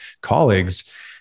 colleagues